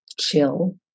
chill